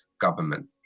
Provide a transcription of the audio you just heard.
government